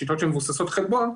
בשיטות שמבוססות חלבון,